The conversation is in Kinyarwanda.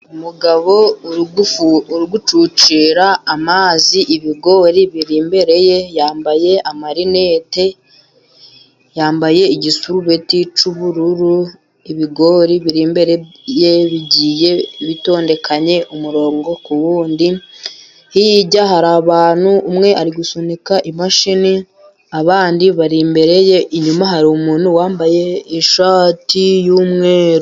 Umugabo uri gucucira amazi ibigori biri imbere ye. Yambaye amarinete, yambaye igisarubeti cy'ubururu. Ibigori biri imbere ye bigiye bitondekanya umurongo ku wundi. Hirya hari abantu, umwe ari gusunika imashini abandi bari imbere ye, inyuma hari umuntu wambaye ishati y'umweru.